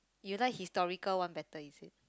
you like historical one better is it